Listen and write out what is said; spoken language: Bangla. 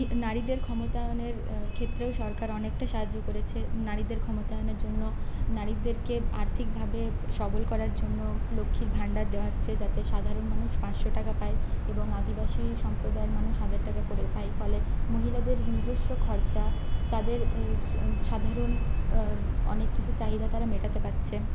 নারীদের ক্ষমতায়নের ক্ষেত্রেও সরকার অনেক সাহায্য করেছে নারীদের ক্ষমতায়নের জন্য নারীদেরকে আর্থিকভাবে সবল করার জন্য লক্ষ্মীর ভান্ডার দেওয়া হচ্ছে যাতে সাধারণ মানুষ পাঁসশো টাকা পায় এবং আদিবাসী সম্প্রদায়ের মানুষ হাজার টাকা করে পায় ফলে মহিলাদের নিজস্ব খরচা তাদের সাধারণ অনেক কিছু চাহিদা তারা মেটাতে পারছে